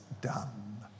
done